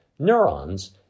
neurons